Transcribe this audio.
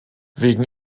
wegen